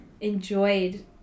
enjoyed